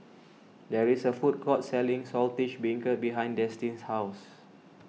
there is a food court selling Saltish Beancurd behind Destin's house